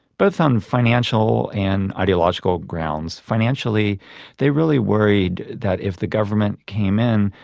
both on financial and ideological grounds. financially they really worried that if the government came in,